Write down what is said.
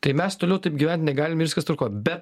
tai mes toliau taip gyvent negalim ir viskas tvarkoj bet